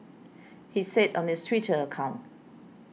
he said on his Twitter account